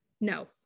no